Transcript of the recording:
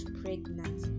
pregnant